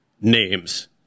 names